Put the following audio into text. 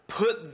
put